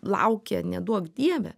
laukia neduok dieve